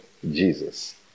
Jesus